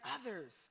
others